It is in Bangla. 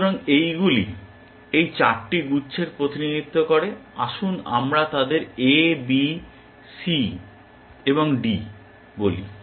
সুতরাং এইগুলি 4 টি গুচ্ছের প্রতিনিধিত্ব করে আসুন আমরা তাদের A B C D বলি